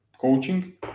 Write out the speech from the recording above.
coaching